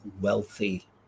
wealthy